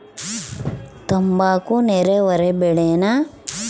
ತಂಬಾಕು ನೇರಾವರಿ ಬೆಳೆನಾ?